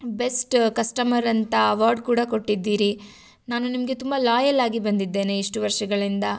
best customer ಅಂತ award ಕೂಡ ಕೊಟ್ಟಿದ್ದೀರಿ ನಾನು ನಿಮಗೆ ತುಂಬ ಲಾಯಲ್ಲಾಗಿ ಬಂದಿದ್ದೇನೆ ಇಷ್ಟು ವರ್ಷಗಳಿಂದ